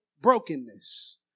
brokenness